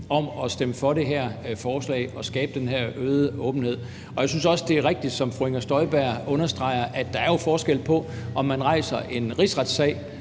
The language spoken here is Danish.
om at stemme for det her forslag og skabe den her øgede åbenhed. Jeg synes også, det er rigtigt, som fru Inger Støjberg understreger, at der jo er forskel på, om man rejser en rigsretssag